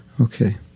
okay